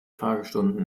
fragestunde